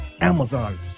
Amazon